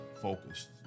focused